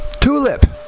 Tulip